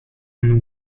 and